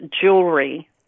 jewelry